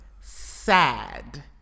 sad